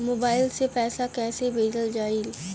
Mobile से पैसा कैसे भेजल जाइ?